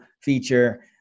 feature